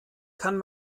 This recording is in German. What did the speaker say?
kann